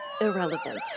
irrelevant